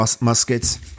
muskets